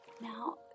Now